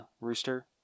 rooster